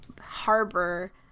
harbor